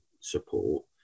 support